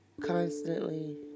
constantly